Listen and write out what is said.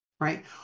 right